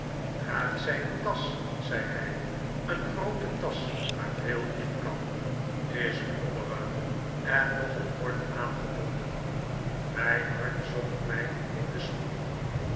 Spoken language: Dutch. draagt een tasch zei hij een groote tasch waar veel in kan is brommerig en nogal kort aangebonden mijn hart zonk mij in de schoenen